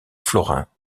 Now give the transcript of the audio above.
florins